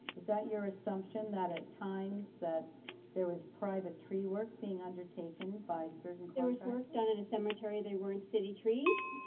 is that your assumption that at times that there was private tree work being undertaken by certain it was work done in a cemetery, they weren't city trees.